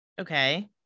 Okay